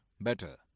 better